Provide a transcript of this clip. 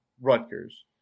Rutgers